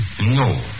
No